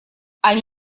они